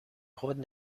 خود